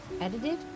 edited